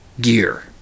gear